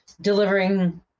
delivering